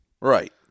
Right